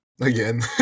Again